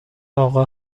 آقا